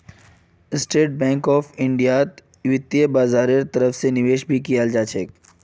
state bank of इन्डियात वित्तीय बाजारेर तरफ से निवेश भी कियाल जा छे